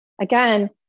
Again